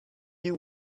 you